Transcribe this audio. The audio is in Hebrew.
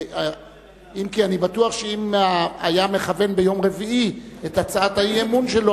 אם כי אני בטוח שאם היה מכוון ביום רביעי את הצעת האי-אמון שלו,